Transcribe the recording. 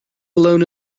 alone